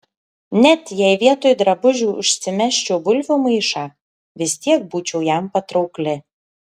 net jei vietoj drabužių užsimesčiau bulvių maišą vis tiek būčiau jam patraukli